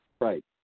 Right